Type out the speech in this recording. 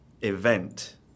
event